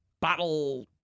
Battle